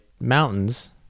mountains